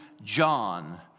John